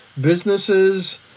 businesses